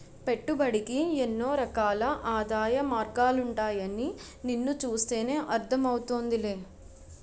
పెట్టుబడికి ఎన్నో రకాల ఆదాయ మార్గాలుంటాయని నిన్ను చూస్తేనే అర్థం అవుతోందిలే